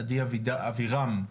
עדי אבירם,